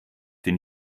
den